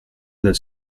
del